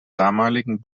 damaligen